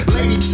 Lady